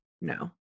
No